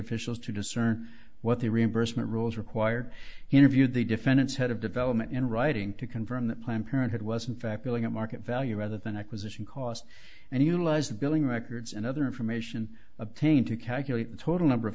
officials to discern what the reimbursement rules required he interviewed the defendant's head of development in writing to confirm that planned parenthood was in fact billing at market value rather than acquisition cost and utilize the billing records and other information obtained to calculate the total number of